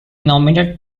nominated